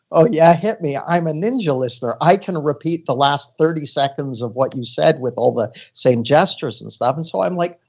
ah yeah, hit me. i'm a ninja listener. i can repeat the last thirty seconds of what you said with all the same gestures and stuff. and so i'm like,